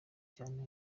cyane